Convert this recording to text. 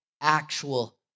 actual